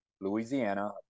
louisiana